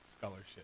scholarship